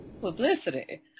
Publicity